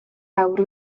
awr